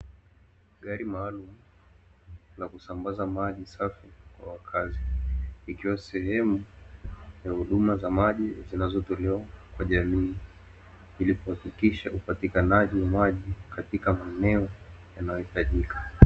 Gari maalumu la kusambaza maji safi kwa wakazi, ikiwa ni sehemu ya huduma za maji zinazotolewa kwa jamii ili kuhakikisha upatikanaji wa maji katika maeneo yanayohitajika.